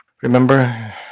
Remember